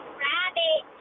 rabbit